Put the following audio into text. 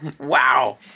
Wow